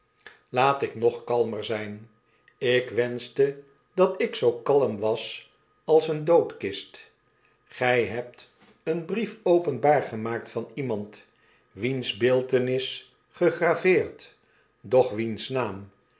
laat ik nog kalmer zjin ik wenschte dat ik zoo kalm was als eene doodkist gy hebt een brief openbaar gemaakt van iemand wiens beeltenis gegraveerd doch wiens naam